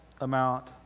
amount